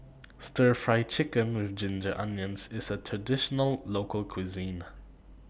Stir Fry Chicken with Ginger Onions IS A Traditional Local Cuisine